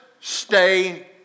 stay